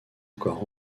encore